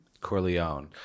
Corleone